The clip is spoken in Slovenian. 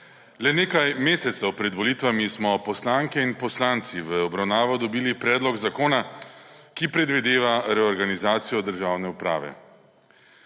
Le nekaj mesecev pred volitvami smo poslanske in poslanci v obravnavo dobili predlog zakona, ki predvideva reorganizacijo državne uprave.